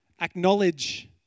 acknowledge